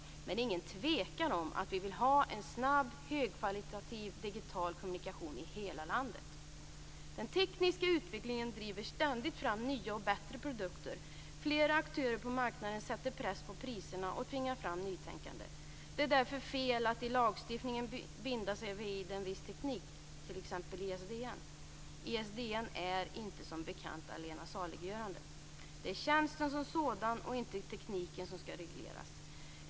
Men det råder inget tvivel om att vi vill ha en snabb, högkvalitativ digital kommunikation i hela landet. Den tekniska utvecklingen driver ständigt fram nya och bättre produkter. Flera aktörer på marknaden sätter press på priserna och tvingar fram nytänkande. Det är därför fel att i lagstiftningen binda sig vid en viss teknik, t.ex. ISDN. ISDN är inte, som bekant, allena saliggörande. Det är tjänsten som sådan och inte tekniken som skall regleras.